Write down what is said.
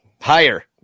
Higher